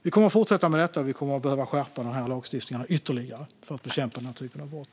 Vi kommer att fortsätta med detta, och vi kommer att behöva skärpa lagstiftningen ytterligare för att bekämpa den här typen av brott.